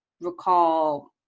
recall